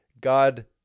God